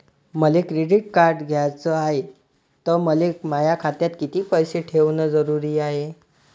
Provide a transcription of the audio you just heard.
मले credit card घ्याचं हाय, त मले माया खात्यात कितीक पैसे ठेवणं जरुरीच हाय?